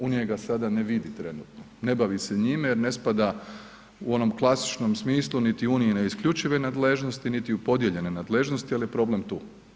U njega sada ne vidi trenutno, ne bavi se njime jer ne spada u onom klasičnom smislu niti unijine isključive nadležnosti, niti u podijeljene nadležnosti, ali je problem tu.